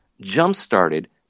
jump-started